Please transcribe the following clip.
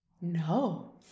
no